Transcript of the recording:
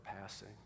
passing